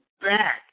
back